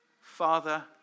Father